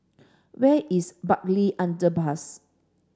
where is Bartley Underpass